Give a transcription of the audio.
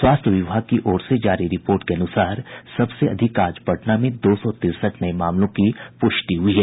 स्वास्थ्य विभाग की ओर से जारी रिपोर्ट के अनुसार सबसे अधिक आज पटना में दो सौ तिरसठ नये मामलों की प्रष्टि हुई है